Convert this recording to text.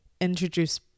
introduce